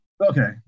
Okay